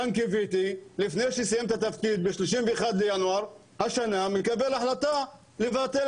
רן קיוויתי לפני שסיים את התפקיד ב-31 לינואר השנה מקבל החלטה לבטל